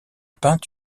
peint